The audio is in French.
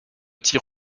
tir